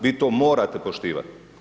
Vi to morate poštivati.